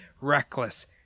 reckless